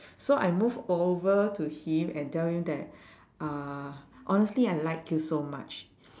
so I move over to him and tell him that uh honestly I like you so much